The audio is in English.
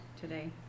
today